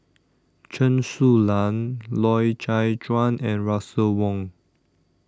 Chen Su Lan Loy Chye Chuan and Russel Wong